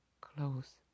Close